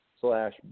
slash